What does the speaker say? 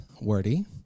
wordy